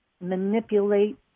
manipulate